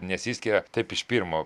nesiskiria taip iš pirmo